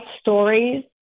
stories